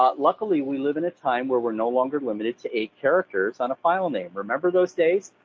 um luckily, we live in a time where we're no longer limited to eight characters on a file name. remember those days?